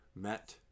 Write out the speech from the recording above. met